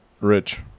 rich